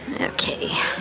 Okay